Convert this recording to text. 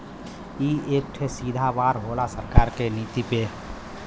ई एक ठे सीधा वार होला सरकार की नीति पे